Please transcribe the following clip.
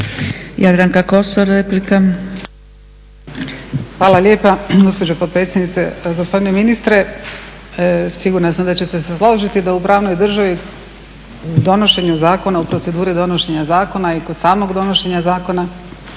Jadranka (Nezavisni)** Hvala lijepa gospođo potpredsjednice. Gospodine ministre sigurna sam da ćete se složiti da u pravnoj državi donošenjem zakona u proceduri donošenja zakona i kod samog donošenja zakona